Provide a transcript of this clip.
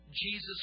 Jesus